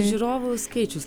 žiūrovų skaičius